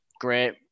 great